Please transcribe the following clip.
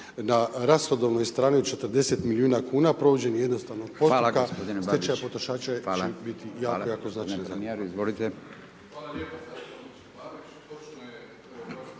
na rashodovnoj strani od 40 milijuna kuna provođenjem …/Upadica: Hvala/…jednostavnog postupka stečaja potrošača će biti jako, jako…/Govornik